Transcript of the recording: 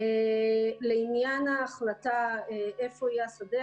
לעניין ההחלטה איפה יהיה השדה,